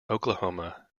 oklahoma